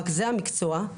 רכזי המקצוע,